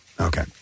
Okay